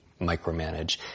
micromanage